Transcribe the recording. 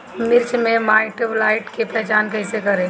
मिर्च मे माईटब्लाइट के पहचान कैसे करे?